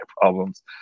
problems